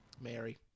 Mary